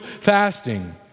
fasting